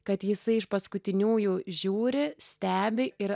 kad jisai iš paskutiniųjų žiūri stebi ir